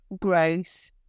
Growth